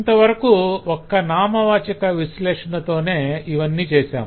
ఇంతవరకు ఒక్క నామవాచక విశ్లేషణతోనే ఇవన్నీ చేశాం